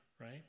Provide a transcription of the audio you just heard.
right